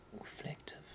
reflective